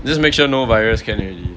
just make sure no virus can already